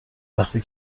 وقتی